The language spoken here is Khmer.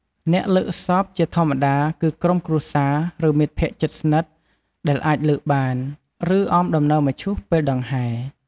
អ្នកលើកសព ជាធម្មតាគឺក្រុមគ្រួសារ ឬមិត្តភ័ក្តិជិតស្និទ្ធ ដែលអាចលើកបាន ឬអមដំណើរមឈូសពេលដង្ហែ។